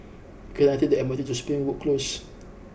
can I take the M R T to Springwood Close